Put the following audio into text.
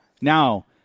now